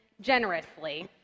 generously